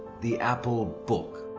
the apple book.